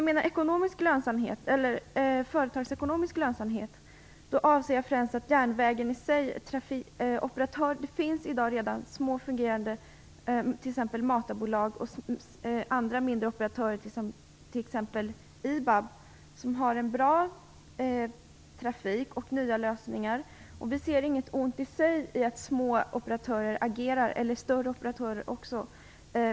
Med företagsekonomisk lönsamhet avser jag främst att det finns små fungerande matarbolag och andra mindre operatörer, t.ex. IBAB, som har en bra trafik och nya lösningar. Vi ser inget ont i sig att små eller stora operatörer agerar.